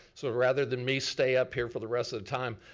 so rather than me stay up here for the rest of the time,